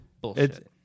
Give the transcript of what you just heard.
Bullshit